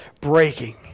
breaking